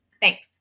Thanks